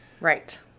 Right